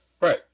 right